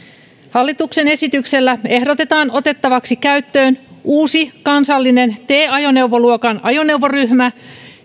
hallituksen esityksellä ehdotetaan otettavaksi käyttöön uusi kansallinen t ajoneuvoluokan ajoneuvoryhmä